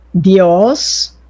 Dios